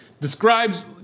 Describes